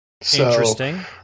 Interesting